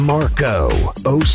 Marco